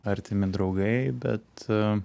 artimi draugai bet